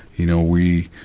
you know, we,